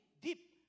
deep